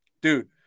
dude